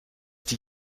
die